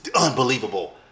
unbelievable